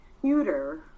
computer